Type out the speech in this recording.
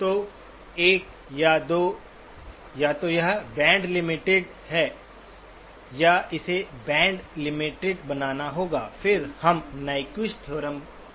तो एक या दो या तो यह बैंड लिमिटेड है या इसे बैंड लिमिटेड बनाना होगा फिर हम नाइक्वेस्ट थ्योरम लागू करते हैं